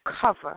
cover